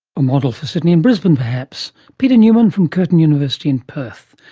a model for sydney and brisbane perhaps? peter newman from curtin university in perth.